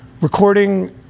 recording